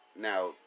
Now